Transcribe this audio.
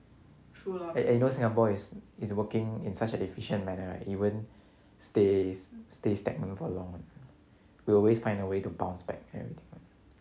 and you you know singapore is is working in such an efficient manner right even stays stay stagnant for long will always find a way to bounce back and everything